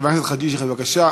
חבר הכנסת חאג' יחיא, בבקשה.